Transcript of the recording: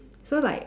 so like